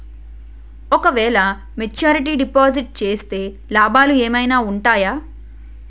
ఓ క వేల maturity deposit చేస్తే లాభాలు ఏమైనా ఉంటాయా?